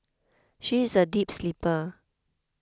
she is a deep sleeper